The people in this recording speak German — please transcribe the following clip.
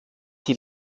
die